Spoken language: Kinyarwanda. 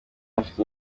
afite